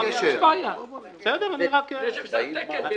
אין בעיה מאחר שזה התקן.